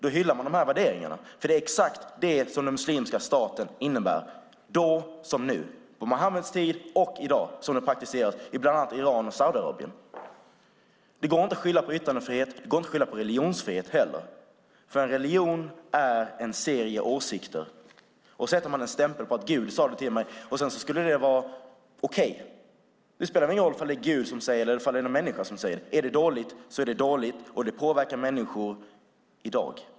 Då hyllar man de värderingarna, för det är exakt detta som den muslimska staten innebär, då som nu, på Muhammeds tid och i dag, som det praktiseras i bland annat Iran och Saudiarabien. Det går inte att skylla på yttrandefrihet. Det går inte heller att skylla på religionsfrihet. En religion är en serie åsikter. Man kan sätta en stämpel - Gud sade det till mig! - och anse att det sedan skulle vara okej. Men det spelar väl ingen roll om det är Gud eller någon människa som säger det! Är det dåligt så är det dåligt, och det påverkar människor i dag.